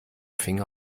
finger